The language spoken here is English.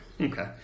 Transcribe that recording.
Okay